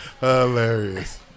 Hilarious